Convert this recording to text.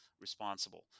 responsible